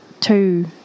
two